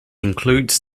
includes